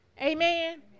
Amen